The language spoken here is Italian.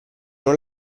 non